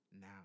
now